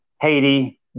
Haiti